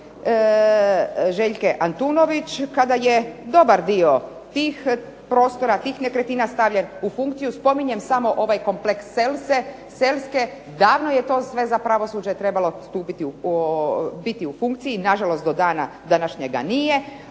Željke Antunović kada je dobar dio tih prostora, tih nekretnina stavljen u funkciju, spominjem samo ovaj kompleks Selske, davno je to za pravosuđe trebalo biti u funkciji. Nažalost, do dana današnjega nije.